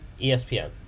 ESPN